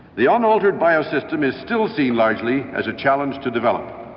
the unaltered bio-system is still seen largely as a challenge to develop.